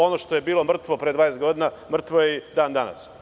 Ono što je bilo mrtvo pre 20 godina, mrtvo je i dan danas.